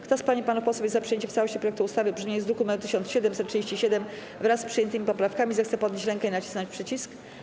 Kto z pań i panów posłów jest za przyjęciem w całości projektu ustawy w brzmieniu z druku nr 1737, wraz z przyjętymi poprawkami, zechce podnieść rękę i nacisnąć przycisk.